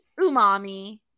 umami